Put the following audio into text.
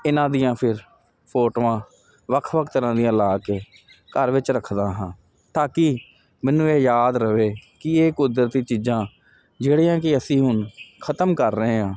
ਇਹਨਾਂ ਦੀਆਂ ਫਿਰ ਫੋਟੋਆਂ ਵੱਖ ਵੱਖ ਤਰ੍ਹਾਂ ਦੀਆਂ ਲਾ ਕੇ ਘਰ ਵਿੱਚ ਰੱਖਦਾ ਹਾਂ ਤਾਂ ਕਿ ਮੈਨੂੰ ਇਹ ਯਾਦ ਰਵੇ ਕਿ ਇਹ ਕੁਦਰਤੀ ਚੀਜ਼ਾਂ ਜਿਹੜੀਆਂ ਕਿ ਅਸੀਂ ਹੁਣ ਖਤਮ ਕਰ ਰਹੇ ਹਾਂ